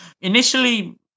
Initially